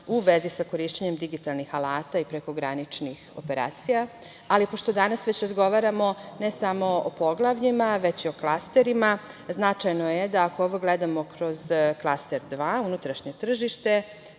u vezi sa korišćenjem digitalnih alata i prekograničnih operacija. Pošto danas već razgovaramo ne samo o poglavljima, već i o klasterima, značajno je da ako ovo gledmao kroz Klaster 2 – unutrašnje tržište,